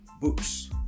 books